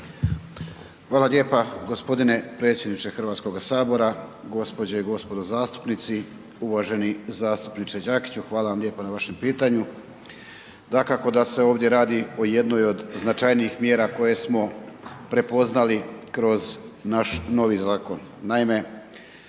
Hvala lijepa gospodine predsjedniče Hrvatskoga sabora, gospođe i gospodo zastupnici. Uvaženi zastupniče Đakiću hvala vam lijepa na vašem pitanju. Dakako da se ovdje radi o jednoj od značajnijih mjera koje smo prepoznali kroz naš novi zakon.